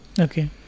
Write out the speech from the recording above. okay